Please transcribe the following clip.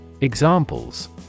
Examples